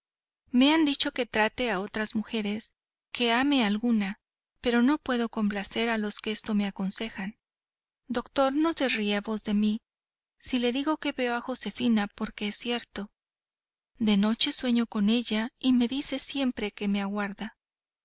me han dicho que trate a otras mujeres que ame a alguna pero no puedo complacer a los que esto me aconsejan doctor no se ría v de mí si le digo que veo a josefina porque es cierto de noche sueño con ella y me dice siempre que me aguarda